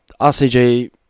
RCG